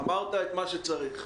אמרת את מה שצריך.